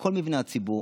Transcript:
כל מבני ציבור,